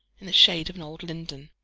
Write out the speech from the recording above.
in the shade of an old linden.